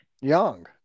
young